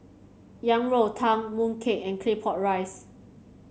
Yang Rou Tang mooncake and Claypot Rice